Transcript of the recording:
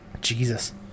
Jesus